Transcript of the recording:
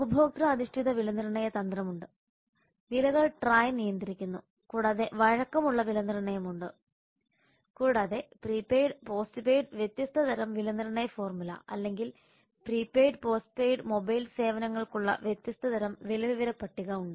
ഉപഭോക്തൃ അധിഷ്ഠിത വിലനിർണ്ണയ തന്ത്രം ഉണ്ട് വിലകൾ ട്രായ് നിയന്ത്രിക്കുന്നു കൂടാതെ വഴക്കമുള്ള വിലനിർണ്ണയവും ഉണ്ട് കൂടാതെ പ്രീപെയ്ഡ് പോസ്റ്റ് പെയ്ഡ് വ്യത്യസ്ത തരം വിലനിർണ്ണയ ഫോർമുല അല്ലെങ്കിൽ പ്രീപെയ്ഡ് പോസ്റ്റ് പെയ്ഡ് മൊബൈൽ സേവനങ്ങൾക്കുള്ള വ്യത്യസ്ത തരം വിലവിവര പട്ടിക ഉണ്ട്